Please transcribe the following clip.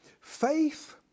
Faith